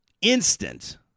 Instant